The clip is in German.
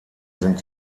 sind